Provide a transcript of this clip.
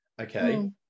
Okay